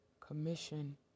Commission